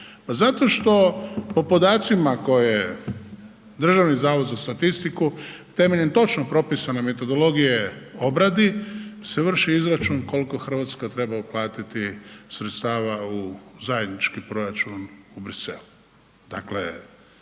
Pa zato što po podacima koje Državni zavod za statistiku temeljem točno propisane metodologije obradi se vrši izračun koliko Hrvatska treba uplatiti sredstava u zajednički proračun u Brisel.